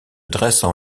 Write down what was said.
dressent